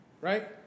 right